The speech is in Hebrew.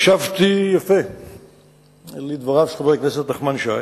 הקשבתי יפה לדבריו של חבר הכנסת נחמן שי